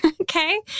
Okay